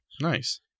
Nice